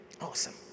Awesome